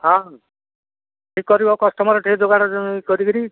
ହଁ ଠିକ କରିବ କଷ୍ଟମର ଟିକେ ଯୋଗାଡ଼ କରିକିରି